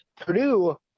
Purdue